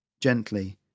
Gently